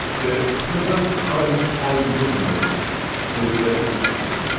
the present current coin business is very interesting.